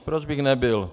Proč bych nebyl?